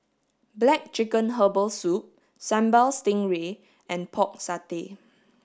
black chicken herbal soup Sambal Stingray and pork satay